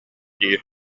дии